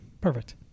Perfect